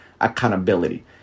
accountability